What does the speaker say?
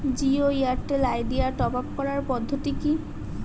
Jio Airtel Idea top up করার পদ্ধতি কি?